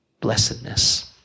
blessedness